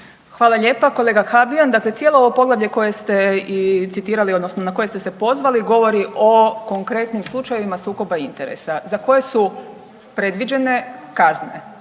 Hvala lijepa. Kolega Habijan, dakle cijelo ovo poglavlje koje ste i citirali odnosno na koje ste se pozvali govori o konkretnim slučajevima sukoba interesa za koje su predviđene kazne